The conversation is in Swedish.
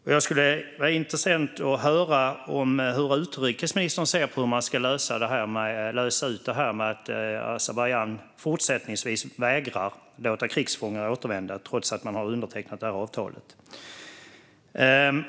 Det skulle vara intressant att höra hur utrikesministern ser på hur man ska lösa detta med att Azerbajdzjan fortsätter att vägra att låta krigsfångar återvända trots att Azerbajdzjan har undertecknat ett avtal om det.